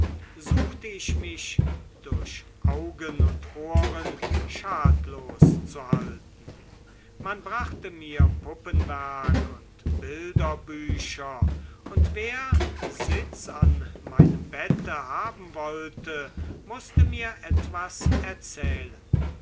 suchte ich mich durch augen und ohren schadlos zu halten man brachte mir puppenwerk und bilderbücher und wer sitz an meinem bette haben wollte mußte mir etwas erzählen